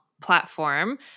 platform